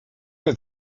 den